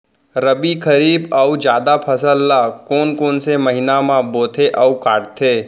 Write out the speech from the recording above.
रबि, खरीफ अऊ जादा फसल ल कोन कोन से महीना म बोथे अऊ काटते?